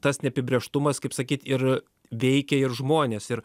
tas neapibrėžtumas kaip sakyt ir veikia ir žmones ir